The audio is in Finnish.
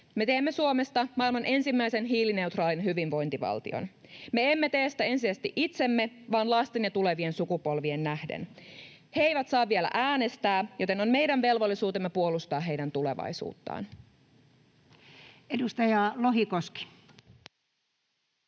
Me teemme Suomesta maailman ensimmäisen hiilineutraalin hyvinvointivaltion. Me emme tee sitä ensisijaisesti itsemme vaan lasten ja tulevien sukupolvien tähden. He eivät saa vielä äänestää, joten on meidän velvollisuutemme puolustaa heidän tulevaisuuttaan. [Speech